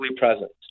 present